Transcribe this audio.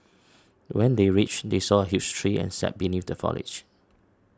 when they reached they saw a huge tree and sat beneath the foliage